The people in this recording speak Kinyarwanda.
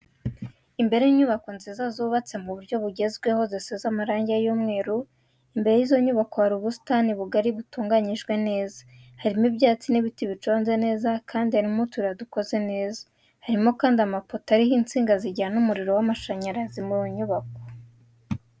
Imbere y'inyubako nziza zubatswe mu buryo bugezweho zisize amarangi y'umweru imbere y'izo nyubako hari ubusitani bugari butunganyijwe neza, harimo ibyatsi n'ibiti biconze neza ndetse harimo utuyira dukoze neza, harimokandi amapoto ariho insinga zijyana umuriro w'amashanyarazi mu nyubako.